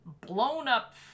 blown-up